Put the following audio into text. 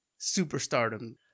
superstardom